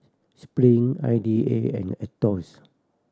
Spring I D A and Aetos